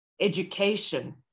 education